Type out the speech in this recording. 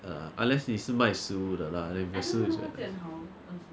ah unless 你是卖食物的 lah then business is quite bad